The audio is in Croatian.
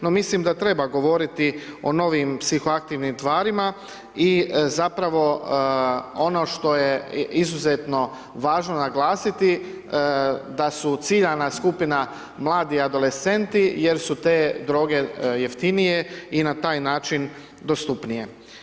No mislim da treba govoriti o novim psihoaktivnim tvarima i zapravo ono što je izuzetno važno naglasiti da su ciljana skupina mladi adolescenti jer su te droge jeftinije i na taj način dostupnije.